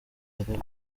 imbere